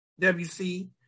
WC